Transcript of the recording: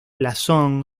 blasón